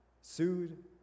sued